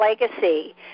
legacy